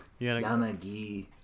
Yanagi